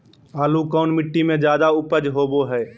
आलू कौन मिट्टी में जादा ऊपज होबो हाय?